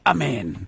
Amen